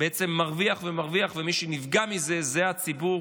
בעצם מרוויח ומרוויח, ומי שנפגע מזה הוא הציבור.